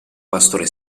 pastore